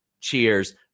Cheers